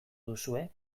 duzue